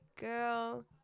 girl